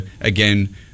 again